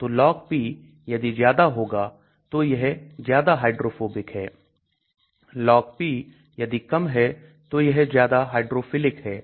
तो LogP यदि ज्यादा होगा तो यह ज्यादा हाइड्रोफोबिक है LogP यदि कम है तो यह ज्यादा हाइड्रोफिलिक है